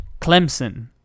Clemson